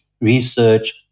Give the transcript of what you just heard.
research